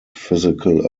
physical